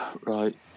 Right